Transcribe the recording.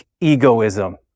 egoism